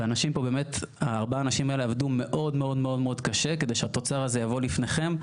והאנשים האלה עבדו מאוד קשה כדי שהתוצר הזה יבוא לפניכם,